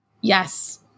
Yes